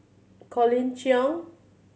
Colin Cheong